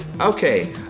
Okay